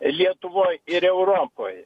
lietuvoj ir europoj